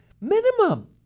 minimum